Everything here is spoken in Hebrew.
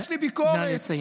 יש לי ביקורת, נא לסיים.